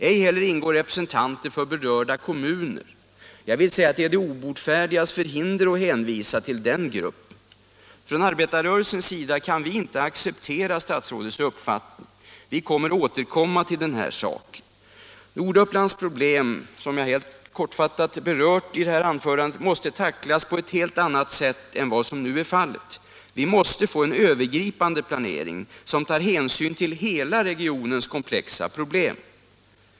Ej heller ingår representanter för berörda kommuner. Det är de obotfärdigas förhinder att hänvisa till den nämnda gruppen. Från arbetarrörelsens sida kan vi inte acceptera statsrådets uppfattning. Vi kommer att återkomma till den här saken. Nordupplands problem, som jag helt kortfattat berört i mitt anförande, måste tacklas på ett helt annat sätt än vad som nu är fallet. Vi måste få en övergripande planering, som tar hänsyn till hela regionens komplexa problem.